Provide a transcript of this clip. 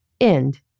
end